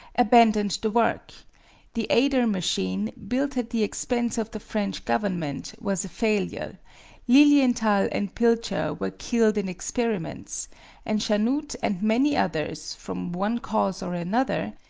abandoned the work the ader machine, built at the expense of the french government, was a failure lilienthal and pilcher were killed in experiments and chanute and many others, from one cause or another,